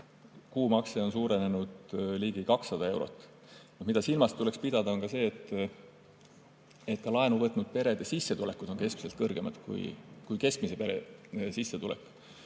kuumakse on suurenenud ligi 200 eurot. Tuleks aga silmas pidada, et ka laenu võtnud perede sissetulekud on keskmisest kõrgemad kui keskmise pere sissetulek.